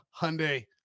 hyundai